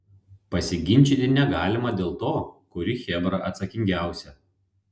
pasiginčyti negalima dėl to kuri chebra atsakingiausia